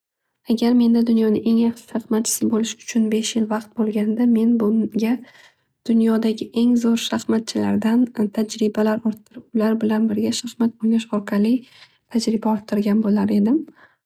Agar men da dunyoni eng yaxshi shaxmatchisi bo'lish uchun besh yil vaqt bo'lganda. Dunyodagi eng zo'r shaxmatchilardan tajribalar orttirib ular bilan birga shaxmat o'ynash orqali tajribalar orttirgan bo'lar edim.